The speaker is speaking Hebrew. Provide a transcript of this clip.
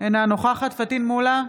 אינה נוכחת פטין מולא,